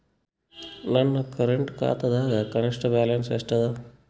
ನನ್ನ ಕರೆಂಟ್ ಖಾತಾದಾಗ ಕನಿಷ್ಠ ಬ್ಯಾಲೆನ್ಸ್ ಎಷ್ಟು ಅದ